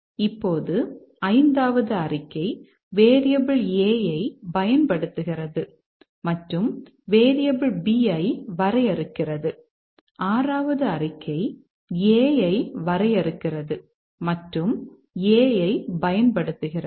இப்போது ஐந்தாவது அறிக்கை வேரியபிள் a ஐப் பயன்படுத்துகிறது மற்றும் வேரியபிள் b ஐ வரையறுக்கிறது ஆறாவது அறிக்கை a ஐ வரையறுக்கிறது மற்றும் a ஐப் பயன்படுத்துகிறது